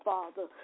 Father